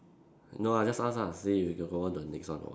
no ah just ask ah see if we can go on to the next one or what